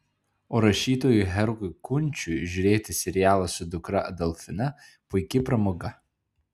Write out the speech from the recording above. o rašytojui herkui kunčiui žiūrėti serialą su dukra adolfina puiki pramoga